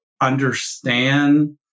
understand